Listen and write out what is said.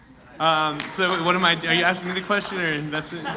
um so what am i, are you asking me the question? and